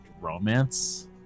romance